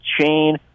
chain